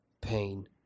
pain